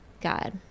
god